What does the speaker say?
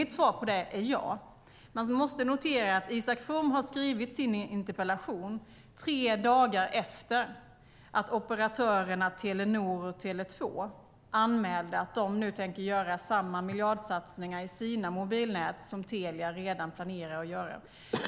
Mitt svar på det är ja. Man måste notera att Isak From har skrivit sin interpellation tre dagar efter att operatörerna Telenor och Tele 2 anmälde att de nu tänker göra likadana miljardsatsningar i sina mobilnät som Telia redan planerat att göra.